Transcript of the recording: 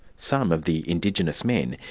some of the indigenous men,